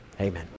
Amen